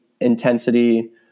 intensity